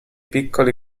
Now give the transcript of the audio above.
piccoli